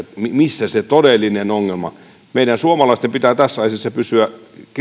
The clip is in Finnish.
missä on se todellinen ongelma meidän suomalaisten pitää tässä asiassa pysyä